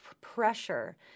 pressure